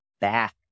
back